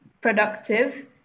productive